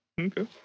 Okay